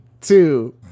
two